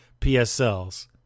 PSLs